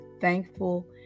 thankful